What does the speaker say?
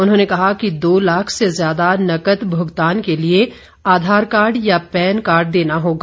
उन्होंने कहा कि दो लाख से ज्यादा नकद भुगतान के लिए आधार कार्ड या पैन कार्ड देना होगा